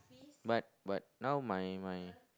but but now my my